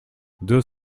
deux